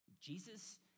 Jesus